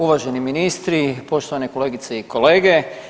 Uvaženi ministri, poštovane kolegice i kolege.